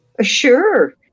Sure